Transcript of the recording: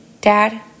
Dad